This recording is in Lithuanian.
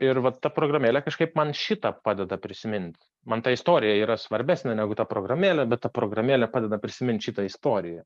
ir vat ta programėlė kažkaip man šitą padeda prisimint man ta istorija yra svarbesnė negu ta programėlė bet ta programėlė padeda prisimint šitą istoriją